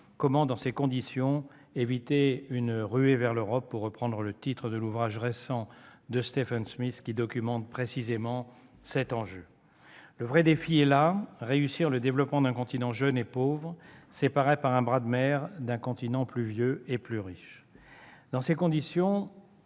Comment, dans ces conditions, éviter une « ruée vers l'Europe », pour reprendre le titre de l'ouvrage récent de Stephen Smith, qui documente précisément cet enjeu ? Le vrai défi est là : réussir le développement d'un continent jeune et pauvre, séparé par un bras de mer d'un continent plus vieux et plus riche. Dans ces conditions,